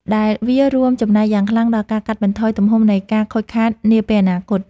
ដែលវារួមចំណែកយ៉ាងខ្លាំងដល់ការកាត់បន្ថយទំហំនៃការខូចខាតនាពេលអនាគត។